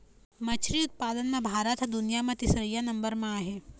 मछरी उत्पादन म भारत ह दुनिया म तीसरइया नंबर म आहे